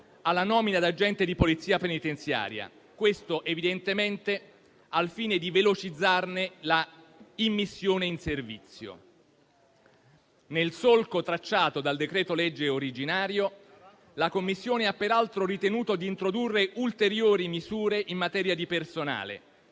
alla nomina ad agente di Polizia penitenziaria, evidentemente al fine di velocizzarne l'immissione in servizio. Nel solco tracciato dal decreto-legge originario, la Commissione ha peraltro ritenuto di introdurre ulteriori misure in materia di personale.